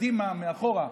מקדימה או מאחורה.